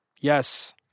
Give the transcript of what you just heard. Yes